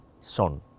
Son